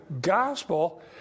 gospel